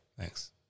Thanks